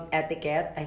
etiquette